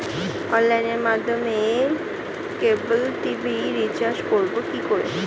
অনলাইনের মাধ্যমে cable TV recharge করব কি করে?